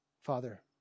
Father